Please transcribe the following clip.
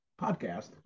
podcast